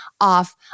off